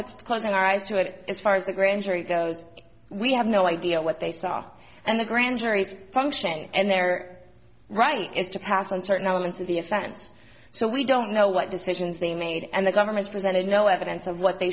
just closing our eyes to it as far as the grand jury goes we have no idea what they saw and the grand jury's function and their right is to pass on certain elements of the offense so we don't know what decisions they made and the government presented no evidence of what they